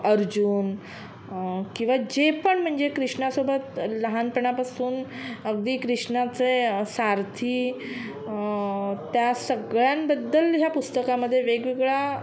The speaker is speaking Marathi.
अर्जुन किंवा जे पण म्हणजे कृष्णासोबत लहानपणापासून अगदी कृष्णाचे सारथी त्या सगळ्यांबद्दल ह्या पुस्तकामध्ये वेगवेगळा